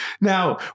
Now